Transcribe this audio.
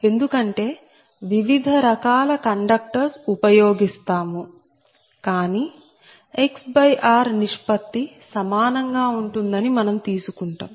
ఎందుకంటే వివిధ రకాల కండక్టర్స్ ఉపయోగిస్తాము కానీ XR నిష్పత్తి సమానంగా ఉంటుందని మనం తీసుకుంటాం